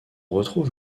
retrouve